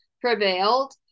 prevailed